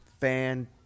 fan